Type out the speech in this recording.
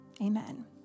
Amen